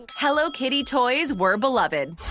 hello kitty toys were beloved